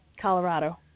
Colorado